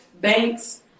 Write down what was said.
banks